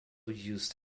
used